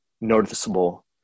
noticeable